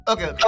Okay